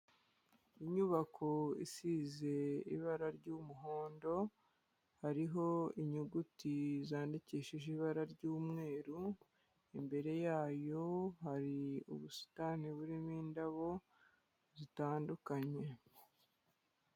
Inyubako isize ibara ry'umuhondo hariho inyuguti zandikishije ibara ry'umweru, imbere yayo hari ubusitani burimo indabo zitandukanye.